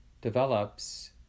develops